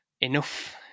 enough